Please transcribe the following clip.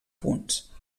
punts